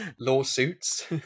lawsuits